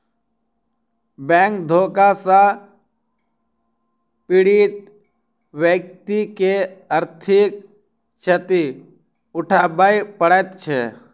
bank धोखा सॅ पीड़ित व्यक्ति के आर्थिक क्षति उठाबय पड़ैत छै